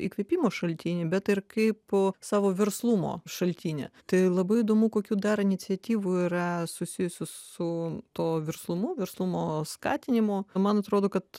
įkvėpimo šaltinį bet ir kaip savo verslumo šaltinį tai labai įdomu kokių dar iniciatyvų yra susijusių su tuo verslumu verslumo skatinimu man atrodo kad